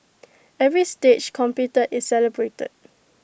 every stage completed is celebrated